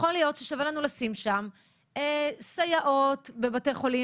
יכול להיות ששווה לנו לשים סייעות בבתי חולים,